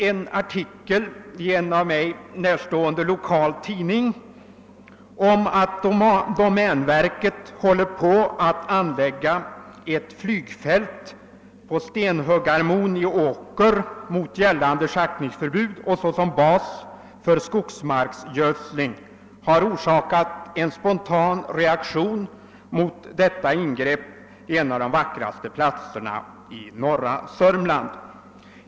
En artikel i en mig närstående lokal tidning om att domänverket håller på att anlägga ett flygfält på Stenhuggarmon i Åker, mot gällande schaktningsförbud och som bas för skogsmarksgödsling, har också orsakat en spontan reaktion mot detta ingrepp i en av de vackraste platserna i norra Sörmland.